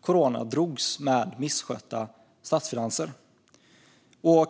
corona drogs med misskötta statsfinanser.